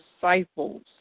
disciples